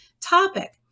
topic